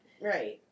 Right